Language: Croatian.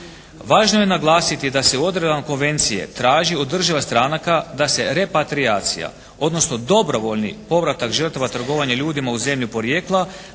Važno je naglasiti da se u odredbama konvencije traži od država stranaka da se repatrijacija odnosno dobrovoljni povratak žrtava trgovanja ljudima u zemlju porijekla